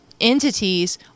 entities